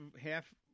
half